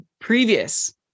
previous